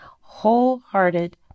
wholehearted